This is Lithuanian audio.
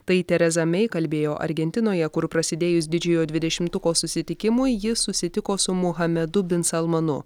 tai tereza mei kalbėjo argentinoje kur prasidėjus didžiojo dvidešimtuko susitikimui jis susitiko su muhamedu bin salmanu